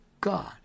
God